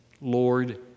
Lord